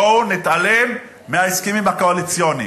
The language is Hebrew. בואו נתעלם מההסכמים הקואליציוניים,